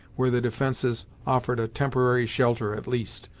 where the defences offered a temporary shelter at least,